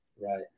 right